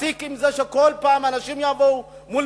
להפסיק עם זה שכל פעם אנשים יבואו מול